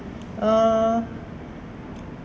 err